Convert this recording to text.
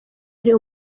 ari